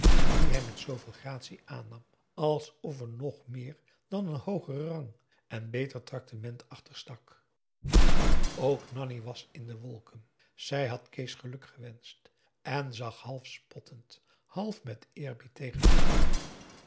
en die hij met zooveel gratie aannam alsof p a daum hoe hij raad van indië werd onder ps maurits er nog meer dan een hoogeren rang en beter tractement achter stak ook nanni was in de wolken zij had kees geluk gewenscht en zag half spottend half met eerbied tegen hem op